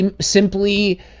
simply